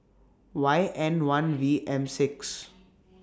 Y N one V M six